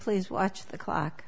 please watch the clock